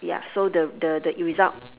ya so the the the result